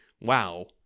Wow